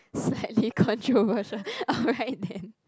slightly controversial alright then